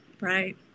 Right